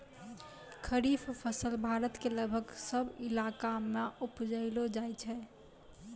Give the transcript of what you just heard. खरीफ फसल भारत के लगभग सब इलाका मॅ उपजैलो जाय छै